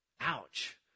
Ouch